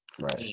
right